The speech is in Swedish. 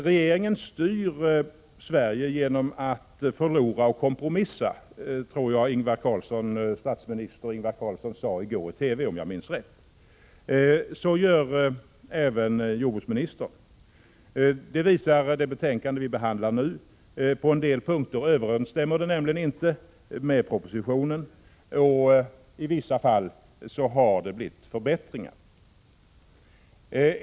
Regeringen styr Sverige genom att förlora och kompromissa — ungefär så sade statsminister Ingvar Carlsson i går i TV, om jag minns rätt. På det här sättet gör även jordbruksministern. Det visar det betänkande vi nu behandlar. På en del punkter överensstämmer det nämligen inte med propositionen, och i vissa fall har det blivit förbättringar.